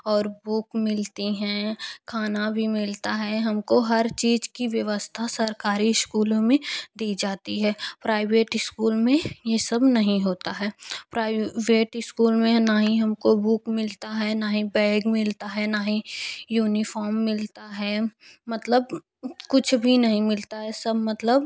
और बुक मिलती हैं खाना भी मिलता है हमको हर चीज़ की व्यवस्था सरकारी स्कूलों में दी जाती है प्राइवेट इस्कूल में यह सब नहीं होता है प्राइवेट इस्कूल में ना ही हमको बुक मिलती है ना ही बैग मिलता है ना ही यूनिफ़ोर्म मिलता है मतलब कुछ भी नहीं मिलता है सब मतलब